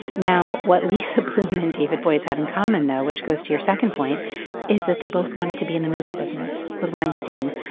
now what lisa bloom and david boies have in common though which goes to your second point is that they both wanted to be in the movie business with weinstein.